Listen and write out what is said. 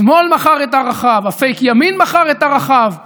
השמאל מכר את ערכיו, הפייק ימין מכר את ערכיו,